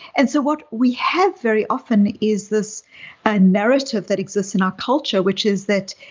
and so what we have very often is this ah narrative that exists in our culture which is that